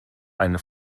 eine